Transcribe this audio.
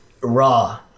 raw